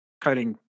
coding